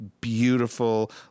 Beautiful